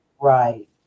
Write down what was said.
Right